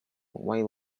while